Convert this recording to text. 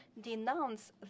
denounce